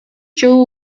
жыл